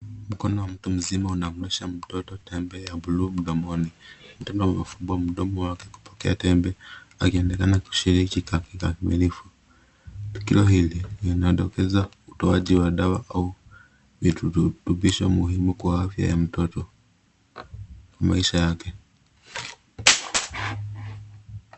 Mkono wa mtu mzima unamsha mtoto tembe ya blue mdomoni. Mtoto anafumbua mdomo wake kupokea tembe, akionekana kushiriki kikamilifu. Tukio hili linaondokeza utoaji wa dawa au virutubisho muhimu kwa afya ya mtoto , kwa maisha yake.